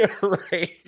Right